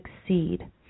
succeed